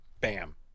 Bam